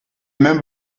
même